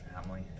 Family